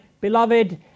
beloved